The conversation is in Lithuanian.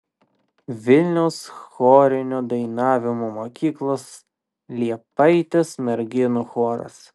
vilniaus chorinio dainavimo mokyklos liepaitės merginų choras